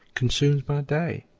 consumes by day.